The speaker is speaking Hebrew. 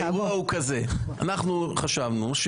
האירוע הוא כזה: אנחנו חשבנו,